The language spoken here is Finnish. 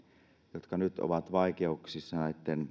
jotka nyt ovat vaikeuksissa